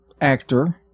actor